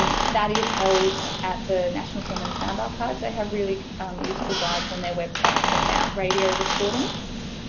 that is held at the national film and sound archives. they have really um useful guides on their website about radio recordings.